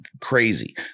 crazy